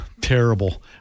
terrible